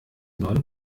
neuen